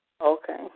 Okay